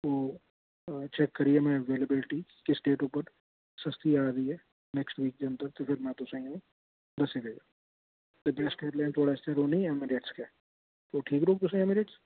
ओह् चैक करियै मैं अवेलेबिलिटी किस डेट उप्पर सस्ती आ दी ऐ नेक्सट वीक जदूं तक में तुसें गी दस्सी देङ ते बैस्ट एयरलाइन थूआढ़े आस्तै रौह्नी ऐमरऐट्स गै ओह् ठीक रौह्ग तुसेंगी ऐमरऐट्स